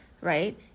right